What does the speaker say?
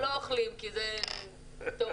לא אוכלים כי טוב,